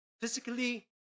physically